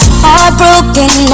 heartbroken